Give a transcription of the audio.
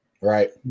Right